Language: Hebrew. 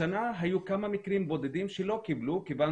השנה היו כמה מקרים בודדים שלא קיבלו כיוון